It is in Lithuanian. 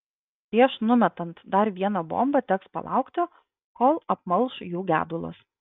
prieš numetant dar vieną bombą teks palaukti kol apmalš jų gedulas